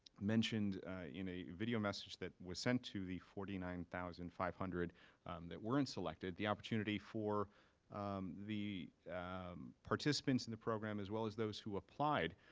mentioned in a video message that was sent to the forty nine thousand five hundred that weren't selected, the opportunity for the participants in the program, as well as those who applied,